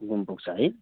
घुम पुग्छ है